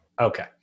Okay